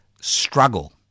struggle